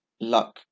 luck